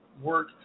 work